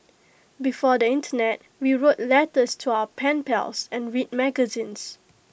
before the Internet we wrote letters to our pen pals and read magazines